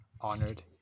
honored